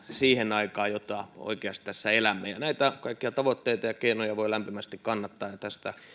siihen aikaan jota oikeasti elämme näitä kaikkia tavoitteita ja keinoja voi lämpimästi kannattaa ja tästä